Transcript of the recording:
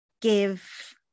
give